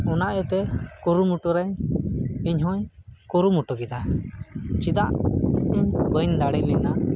ᱚᱱᱟ ᱤᱭᱟᱹᱛᱮ ᱠᱩᱨᱩᱢᱩᱴᱩᱨᱮ ᱤᱧᱦᱚᱸᱧ ᱠᱩᱨᱩᱢᱩᱴᱩ ᱠᱮᱫᱟ ᱪᱮᱫᱟᱜ ᱤᱧ ᱵᱟᱹᱧ ᱫᱟᱲᱮ ᱞᱮᱱᱟ